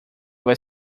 vai